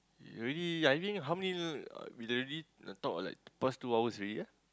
you already I mean how many we already talk like the past two hours already ah